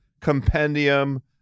compendium